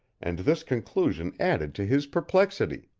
and this conclusion added to his perplexity.